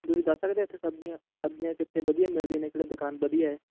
ਤੁਸੀਂ ਦੱਸ ਸਕਦੇ ਇਥੇ ਸਬਜ਼ੀਆਂ ਸਬਜ਼ੀਆਂ ਕਿੱਥੇ ਵਧੀਆ ਮਿਲਦੀਆਂ ਨੇ ਕਿਹੜਾ ਦੁਕਾਨ ਵਧੀਆ ਹੈ